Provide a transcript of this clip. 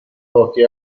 pochi